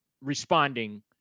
responding